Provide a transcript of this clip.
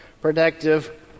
protective